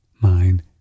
mind